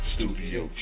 Studio